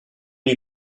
you